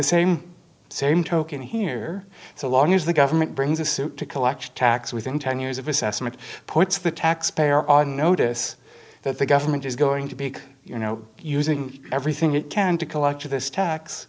the same same token here so long as the government brings a suit to collect tax within ten years of assessment puts the taxpayer on notice that the government is going to be you know using everything it can to collect this tax